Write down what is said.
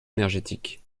énergétique